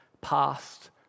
past